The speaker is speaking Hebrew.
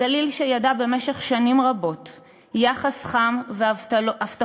הגליל ידע במשך שנים רבות מאוד יחס חם והבטחות